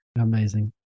amazing